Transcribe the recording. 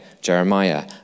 Jeremiah